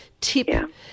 tip